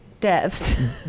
devs